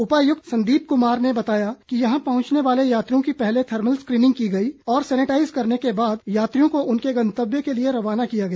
उपायुक्त संदीप कुमार ने बताया कि यहां पहंचने वाले यात्रियों की पहले थर्मल स्क्रीनिंग की गई और सैनिटाईज करने के बाद यात्रियों को उनके गंतव्य के लिए रवाना किया गया